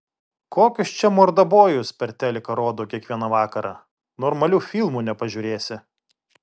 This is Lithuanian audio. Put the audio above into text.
kokius čia mordabojus per teliką rodo kiekvieną vakarą normalių filmų nepažiūrėsi